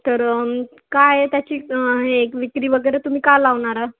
तर काय त्याची हे विक्री वगैरे तुम्ही का लावणार आहात